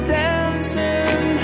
dancing